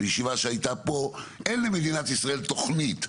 בישיבה שהייתה פה אין למדינת ישראל תוכנית,